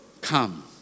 come